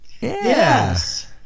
Yes